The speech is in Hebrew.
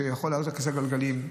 שיכול להעלות כיסא גלגלים,